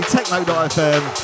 Techno.fm